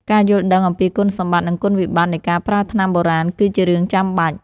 ការយល់ដឹងអំពីគុណសម្បត្តិ និងគុណវិបត្តិនៃការប្រើថ្នាំបុរាណ គឺជារឿងចាំបាច់។